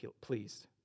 pleased